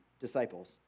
disciples